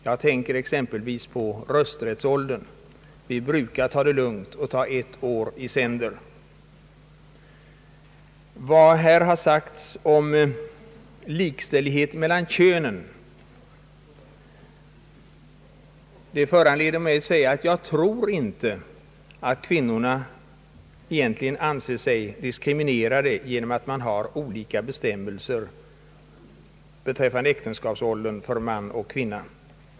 Jag tänker exempelvis på rösträttsåldern. Vi brukar ta det lugnt och ta ett år i sänder. Vad som har sagts om likställighet mellan könen föranleder mig att säga, att jag inte tror att kvinnorna anser sig diskriminerade genom att man har olika bestämmelser beträffande äktenskapsåldern för man och kvinna.